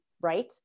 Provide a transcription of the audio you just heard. right